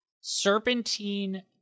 Serpentine